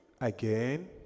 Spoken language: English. Again